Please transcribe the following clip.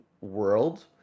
world